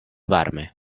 varme